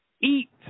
eat